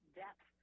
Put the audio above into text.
depth